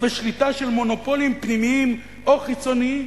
ושליטה של מונופולים פנימיים או חיצוניים,